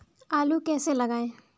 आलू कैसे लगाएँ?